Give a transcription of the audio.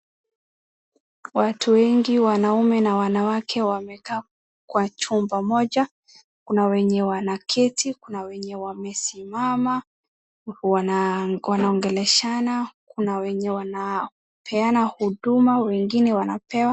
Watu wengi wananaume na wanawake wamekaa kwa chumba moja kuna wenye wanaketi ,kuna wenye wamesimama, wanaongeleshana kuna wenye wanapeana huduma wengine wanapewa.